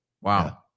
Wow